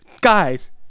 guys